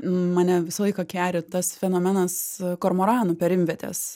mane visą laiką keri tas fenomenas kormoranų perimvietės